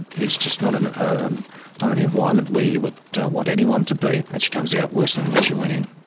it's just not an um not an environment where you would want anyone to be, and she comes out worse than when she went in.